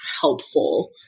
helpful